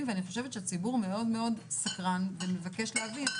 ואני חושבת שהציבור מאוד סקרן ומבקש להבין.